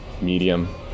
medium